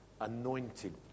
anointed